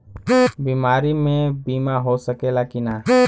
बीमारी मे बीमा हो सकेला कि ना?